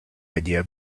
idea